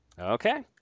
Okay